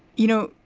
you know,